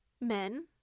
men